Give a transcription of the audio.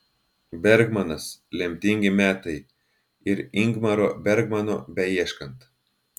bergmanas lemtingi metai ir ingmaro bergmano beieškant